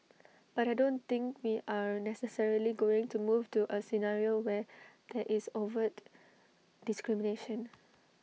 but I don't think we are necessarily going to move to A scenario where there is overt discrimination